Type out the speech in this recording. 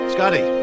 Scotty